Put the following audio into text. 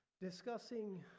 discussing